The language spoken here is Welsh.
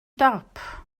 dop